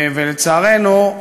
ולצערנו,